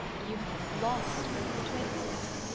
you have lost both the twins, then?